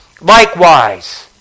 likewise